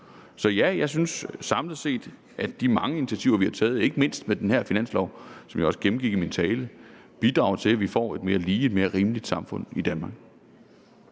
Så ja, jeg synes samlet set, at de mange initiativer, vi har taget, ikke mindst i forbindelse med den her finanslov, hvilket jeg også gennemgik i min tale, bidrager til, at vi får et mere lige og et mere rimeligt samfund i Danmark.